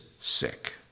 sick